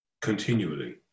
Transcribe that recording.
continually